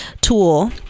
tool